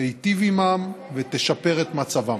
תיטיב עימם ותשפר את מצבם.